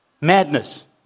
Madness